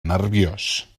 nerviós